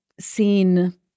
seen